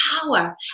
power